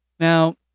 Now